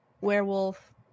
werewolf